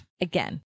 again